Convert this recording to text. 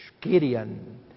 Gideon